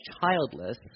childless